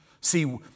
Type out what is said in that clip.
See